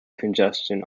congestion